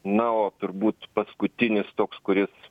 na o turbūt paskutinis toks kuris